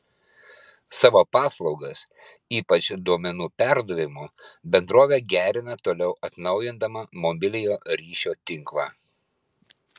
savo paslaugas ypač duomenų perdavimo bendrovė gerina toliau atnaujindama mobiliojo ryšio tinklą